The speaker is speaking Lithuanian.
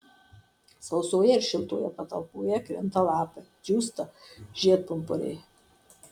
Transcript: sausoje ir šiltoje patalpoje krinta lapai džiūsta žiedpumpuriai